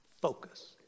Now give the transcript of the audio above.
focus